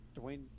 Dwayne